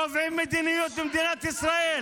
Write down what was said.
קובעים מדיניות במדינת ישראל.